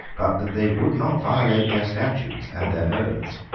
but that they would not violate their statutes and their oaths.